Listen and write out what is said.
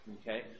okay